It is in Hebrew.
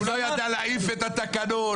הוא לא ידע להעיף את התקנון,